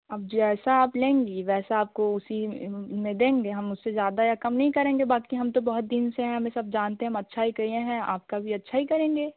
अब जैसा आप लेंगे वैसा आपको उसी में देंगे हम उससे ज़्यादा या काम नहीं करेंगे बाकी हम तो बहुत दिन से हमें सब जानते हैं हम अच्छा ही किए हैं आपका भी अच्छा ही करेंगे